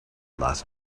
last